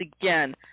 again